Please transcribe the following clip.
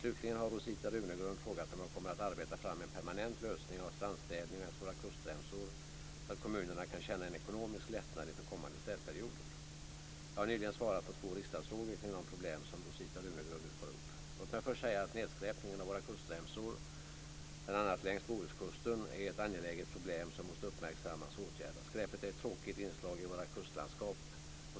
Slutligen har Rosita Runegrund frågat om jag kommer att arbeta fram en permanent lösning av strandstädning längs våra kustremsor så att kommunerna kan känna en ekonomisk lättnad inför kommande städperioder. Jag har nyligen svarat på två riksdagsfrågor kring de problem som Rosita Runegrund nu tar upp Låt mig först säga att nedskräpningen av våra kustremsor, bl.a. längs Bohuskusten, är ett angeläget problem som måste uppmärksammas och åtgärdas. Skräpet är ett tråkigt inslag i våra kustlandskap.